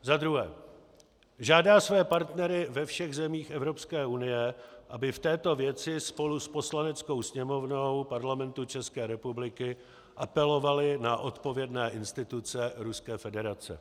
Za druhé žádá své partnery ve všech zemích Evropské unie, aby v této věci spolu s Poslaneckou sněmovnou Parlamentu České republiky apelovali na odpovědné instituce Ruské federace.